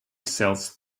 sells